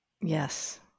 Yes